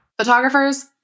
Photographers